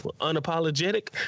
unapologetic